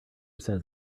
says